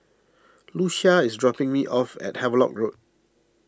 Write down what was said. Lucia is dropping me off at Havelock Road